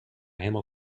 helemaal